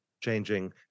changing